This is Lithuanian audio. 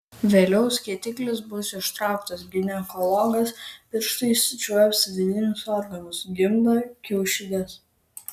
vėliau skėtiklis bus ištrauktas ginekologas pirštais čiuops vidinius organus gimdą kiaušides